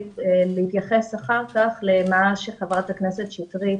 אני רוצה להתייחס אחר כך למה שחברת הכנסת שטרית